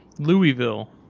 Louisville